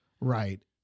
Right